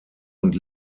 und